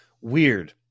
Weird